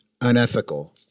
unethical